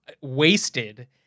wasted